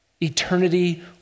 eternity